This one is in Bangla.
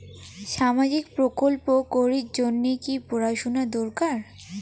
সামাজিক প্রকল্প করির জন্যে কি পড়াশুনা দরকার?